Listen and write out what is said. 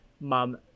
Mom